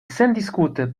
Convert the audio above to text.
sendiskute